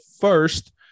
first